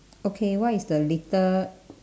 okay what is the litter